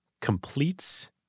completes